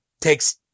takes